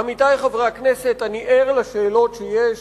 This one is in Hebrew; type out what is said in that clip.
עמיתי חברי הכנסת, אני ער לשאלות שיש